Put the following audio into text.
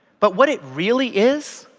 but what it really is,